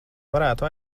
varētu